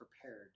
prepared